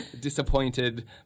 disappointed